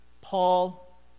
Paul